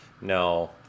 No